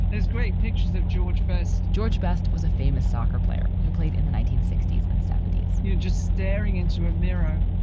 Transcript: there's great pictures of george best. george best was a famous soccer player who played in the nineteen sixty s and seventy s, you know, just staring into a mirror,